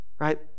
Right